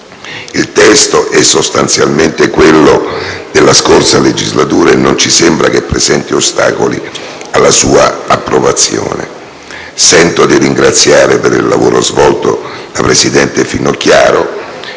Il testo è sostanzialmente quello della scorsa legislatura e non ci sembra che presenti ostacoli alla sua approvazione. Sento di ringraziare per il lavoro svolto la presidente Finocchiaro